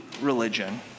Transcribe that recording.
religion